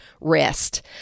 rest